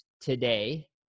today